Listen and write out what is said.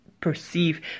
Perceive